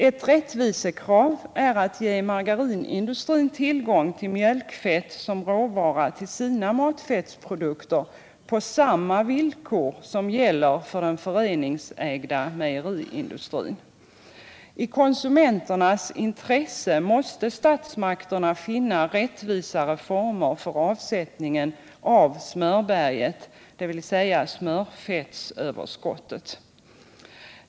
Ett rättvisekrav är att ge margarinindustrin tillgång till mjölkfett som råvara till sina matfettsprodukter på samma villkor som gäller för den föreningsägda mejeriindustrin. I konsumenternas intresse måste statsmakterna finna rättvisare former för avsättningen av smörberget, dvs. smörfettsöverskottet.